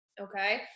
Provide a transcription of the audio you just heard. okay